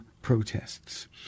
protests